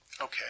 Okay